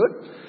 good